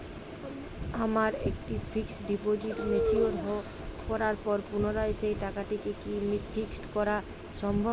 আমার একটি fixed deposit mature করার পর পুনরায় সেই টাকাটিকে কি ফিক্সড করা সম্ভব?